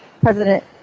President